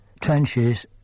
trenches